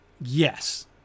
Yes